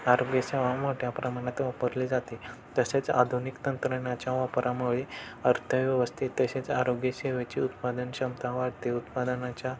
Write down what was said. आरोग्यसेवा मोठ्या प्रमाणात वापरली जाते तसेच आधुनिक तंत्रज्ञाच्या वापरामुळे अर्थव्यवस्थेत तसेच आरोग्य सेवेची उत्पादन क्षमता वाढते उत्पादनाच्या